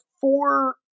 four